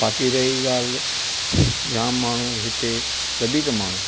बाक़ी रही ॻाल्हि जाम माण्हू हिते वधीक माण्हू